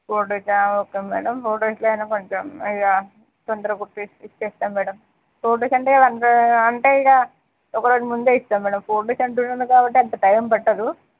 four డేసా okay madam four డేస్లో అయినా కొంచెం ఇగ తొందరగా కుట్టేసి ఇచ్చేస్తాం మేడం ఫోర్ డేస్ అంటే అంటే ఇగ ఒకరోజు ముందే ఇస్తా మేడం ఫోర్ డేస్ అంటున్నారు కాబట్టి అంత టైం పట్టదు